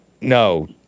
no